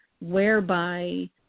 whereby